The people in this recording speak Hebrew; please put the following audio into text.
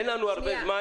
אין לנו הרבה זמן.